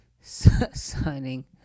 signing